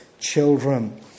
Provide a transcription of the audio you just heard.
children